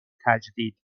تجدید